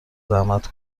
زحمت